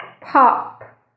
pop